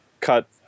cut